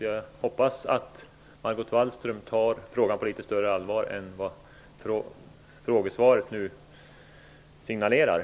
Jag hoppas att Margot Wallström tar frågan på litet större allvar än frågesvaret signalerade.